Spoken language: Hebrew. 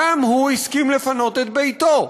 גם הוא הסכים לפנות את ביתו,